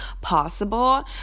possible